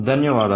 ధన్యవాదాలు